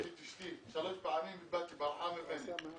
שלוש פעמים היא ברחה ממני.